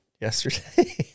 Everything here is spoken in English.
yesterday